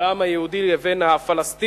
של העם היהודי, לבין הפלסטינים.